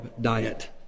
diet